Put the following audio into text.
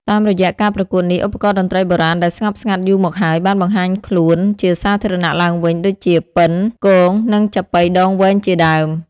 តាមរយៈការប្រកួតនេះ ឧបករណ៍តន្ត្រីបុរាណដែលស្ងប់ស្ងាត់យូរមកហើយបានបង្ហាញខ្លួនជាសាធារណៈឡើងវិញដូចជាពិណ គង និងចាប៉ីដងវែងជាដើម។